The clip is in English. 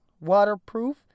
waterproof